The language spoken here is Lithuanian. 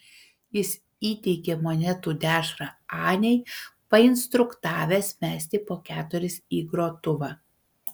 jis įteikė monetų dešrą anei painstruktavęs mesti po keturis į grotuvą